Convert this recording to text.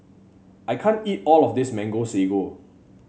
I can't eat all of this Mango Sago